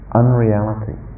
unreality